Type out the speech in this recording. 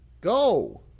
go